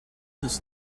this